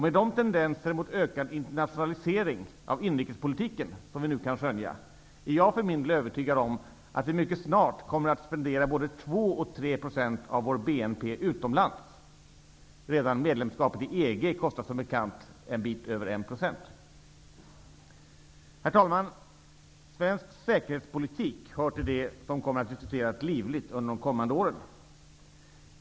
Med de tendenser mot ökad internationalisering av inrikespolitiken som vi nu kan skönja är jag för min del övertygad om att vi mycket snart kommer att spendera både 2 och 3 % av vår BNP utomlands. Redan medlemskap i EG kostar som bekant en bit över Herr talman! Svensk säkerhetspolitik hör till det som kommer att diskuteras livligt under de kommande åren.